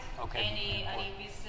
Okay